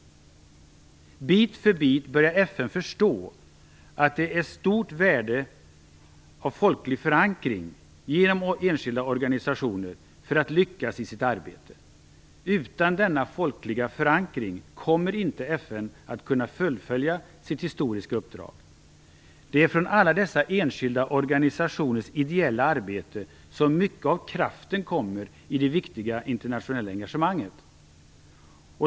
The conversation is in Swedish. Bit för bit börjar FN förstå att det ligger ett stort värde i en folklig förankring genom enskilda organisationer. Det behövs för att man skall lyckas i sitt arbete. Utan denna folkliga förankring kommer inte FN att kunna fullfölja sitt historiska uppdrag. Det är från alla dessa enskilda organisationers ideella arbete som mycket av kraften kommer i det viktiga internationella engagemanget.